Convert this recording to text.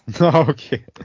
Okay